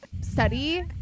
study